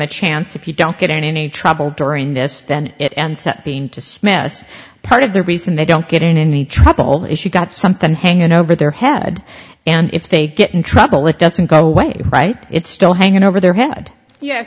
a chance if you don't get any trouble during this then it ends up being to mess part of the reason they don't get in any trouble if you've got something hanging over their head and if they get in trouble it doesn't go away right it's still hanging over their head yes